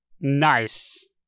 Nice